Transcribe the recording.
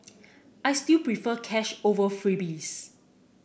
I still prefer cash over freebies